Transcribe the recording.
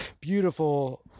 beautiful